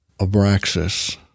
abraxas